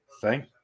Thank